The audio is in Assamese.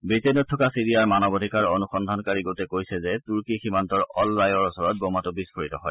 ৱিটেইনত থকা চিৰিয়াৰ মানৱ অধিকাৰ অনুসন্ধানকাৰী গোটে কৈছে যে তুৰ্কী সীমান্তৰ অল ৰায়ৰ ওচৰত বোমাটো বিস্ফোৰিত হয়